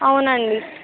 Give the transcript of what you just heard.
అవునండి